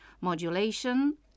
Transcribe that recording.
modulation